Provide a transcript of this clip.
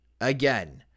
Again